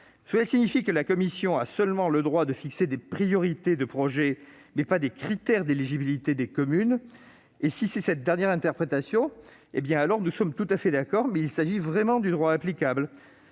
elle signifie que la commission a seulement le droit de fixer des priorités des projets, mais pas des critères d'éligibilité des communes. Si c'est cette dernière interprétation qui prévaut, alors nous sommes d'accord, mais il s'agit déjà du droit applicable.